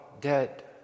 dead